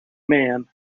man